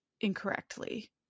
incorrectly